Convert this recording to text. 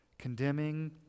condemning